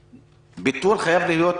ביטול חייב להיות,